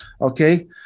okay